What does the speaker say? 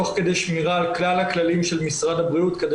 תוך כדי שמירה על כלל הכללים של משרד הבריאות כדי